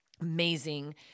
amazing